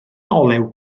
olew